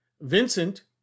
Vincent